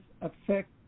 affect